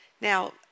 Now